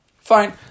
Fine